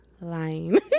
lying